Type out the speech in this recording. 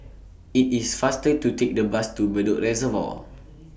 IT IS faster to Take The Bus to Bedok Reservoir